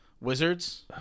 Wizards